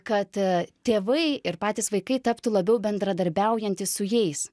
kad tėvai ir patys vaikai taptų labiau bendradarbiaujantys su jais